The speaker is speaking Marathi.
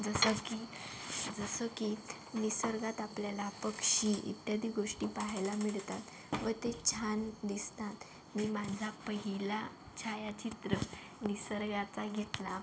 जसं की जसं की निसर्गात आपल्याला पक्षी इत्यादी गोष्टी पाहायला मिळतात व ते छान दिसतात मी माझा पहिला छायाचित्र निसर्गाचा घेतला